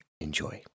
Enjoy